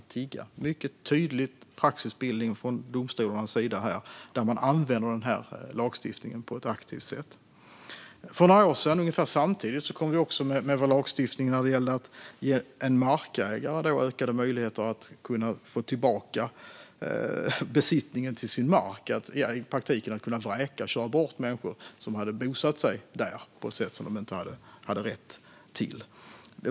Det är en mycket tydlig praxisbildning från domstolarnas sida, där man använder lagstiftningen på ett aktivt sätt. För några år sedan kom också lagstiftning för att ge en markägare ökade möjligheter att få tillbaka besittningen till sin mark, alltså i praktiken att kunna vräka människor som bosatt sig där utan att ha rätt till det.